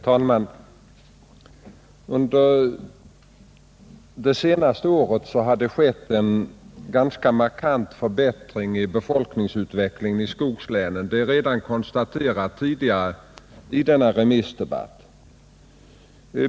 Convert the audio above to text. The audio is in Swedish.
Herr talman! Under det senaste året har det skett en ganska markant förbättring i befolkningsutvecklingen i skogslänen. Det har redan konstaterats i denna remissdebatt.